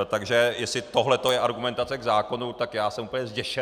Takže jestli tohle je argumentace k zákonu, tak já jsem úplně zděšen.